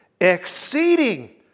exceeding